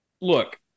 look